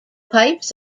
pipes